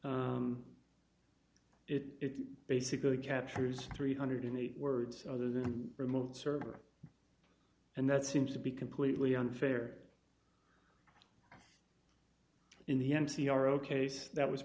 it basically captures three hundred and eight words other than remote server and that seems to be completely unfair in the n c r all case that was